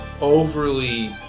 overly